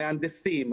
מהנדסים,